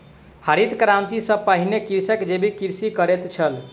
हरित क्रांति सॅ पहिने कृषक जैविक कृषि करैत छल